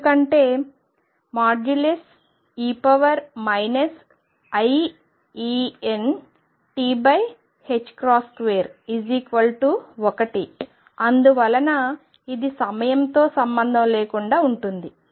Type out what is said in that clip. ఎందుకంటే e iEnt21 అందువలన ఇది సమయంతో సంబంధం లేకుండా ఉంటుంది